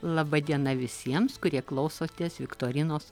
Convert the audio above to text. laba diena visiems kurie klausotės viktorinos